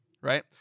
right